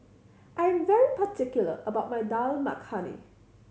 I am particular about my Dal Makhani